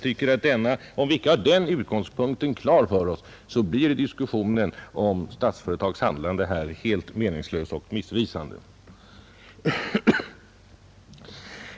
Om vi icke har den utgångspunkten klar för oss, blir diskussionen om Statsföretags handlande helt meningslös och missvisande.